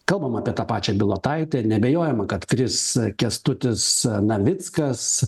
kalbam apie tą pačią bilotaitę neabejojama kad kris kęstutis navickas